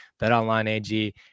BetOnline.ag